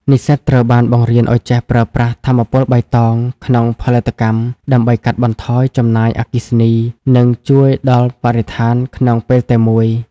និស្សិតត្រូវបានបង្រៀនឱ្យចេះប្រើប្រាស់ "ថាមពលបៃតង" ក្នុងផលិតកម្ម ដើម្បីកាត់បន្ថយចំណាយអគ្គិសនី និងជួយដល់បរិស្ថានក្នុងពេលតែមួយ។